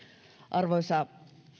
arvoisa